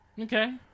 Okay